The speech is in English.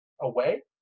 away